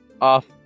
off